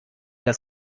das